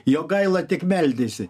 jogaila tik meldėsi